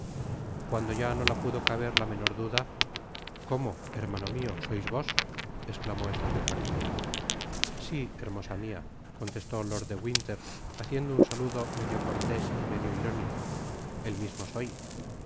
cuando ya no la pudo caber la menor duda como hermano mio sois vos esclamó estupefacta si hermosa mia contestó lord de winter haciendo un saludo medio cortés y medio irónico el mismo soy